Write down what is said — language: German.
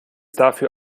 dafür